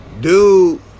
dude